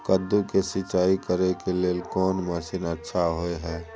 कद्दू के सिंचाई करे के लेल कोन मसीन अच्छा होय है?